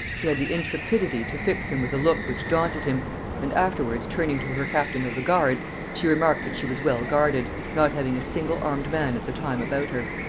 she had the intrepidity to fix him with a look which daunted him and afterwards, turning to her captain of the guards, she remarked that she was well guarded, not having a single armed man at the time about her.